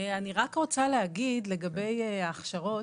אני רק רוצה להגיד לגבי ההכשרות.